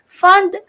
fund